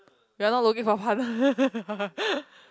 you are not looking for a partner